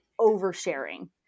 oversharing